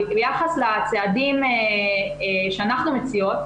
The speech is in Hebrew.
ביחס לצעדים שאנחנו מציעות,